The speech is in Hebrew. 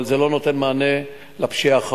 אבל זה לא נותן מענה לפשיעה החמורה,